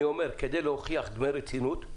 כדי להוכיח דמי רצינות,